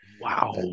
Wow